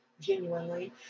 genuinely